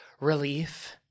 relief